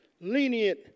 lenient